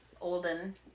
olden